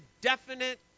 definite